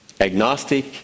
agnostic